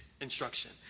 instruction